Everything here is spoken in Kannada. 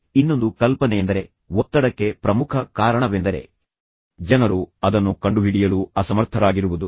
ಮತ್ತು ಇನ್ನೊಂದು ಕಲ್ಪನೆಯೆಂದರೆ ಒತ್ತಡಕ್ಕೆ ಪ್ರಮುಖ ಕಾರಣವೆಂದರೆ ಜನರು ಅದನ್ನು ಕಂಡುಹಿಡಿಯಲು ಅಸಮರ್ಥರಾಗಿರುವುದು